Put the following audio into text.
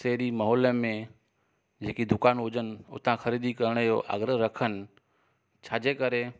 से अहिड़ी माहोल में जेकी दुकानू हुजनि उता ख़रीदी करण जो आग्रह रखनि छाजे करे